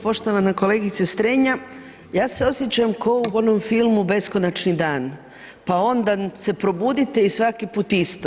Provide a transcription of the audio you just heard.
Poštovana kolegice Strenja, ja se osjećam ko u onom filmu „Beskonačni dan“, pa onda se probuditi i svaki put isto.